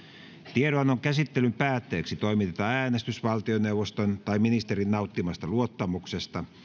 tiedonannon käsittelyn päätteeksi toimitetaan äänestys valtioneuvoston tai ministerin nauttimasta luottamuksesta